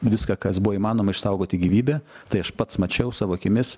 viską kas buvo įmanoma išsaugoti gyvybę tai aš pats mačiau savo akimis